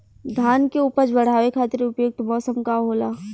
धान के उपज बढ़ावे खातिर उपयुक्त मौसम का होला?